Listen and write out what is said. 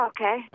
Okay